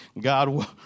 God